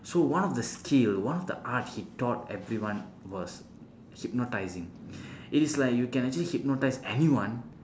so one of the skill one of the art he taught everyone was hypnotising it is like you can actually hypnotise anyone